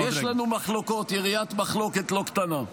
יש לנו מחלוקות, יריעת מחלוקת לא קטנה.